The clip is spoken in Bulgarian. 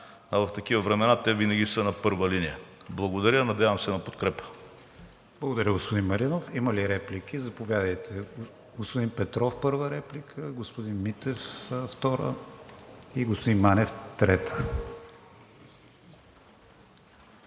а в такива времена те винаги са на първа линия. Благодаря, надявам се на подкрепа. ПРЕДСЕДАТЕЛ КРИСТИАН ВИГЕНИН: Благодаря, господин Маринов. Има ли реплики? Заповядайте – господин Петров първа реплика, господин Митев втора и господин Манев трета.